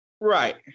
Right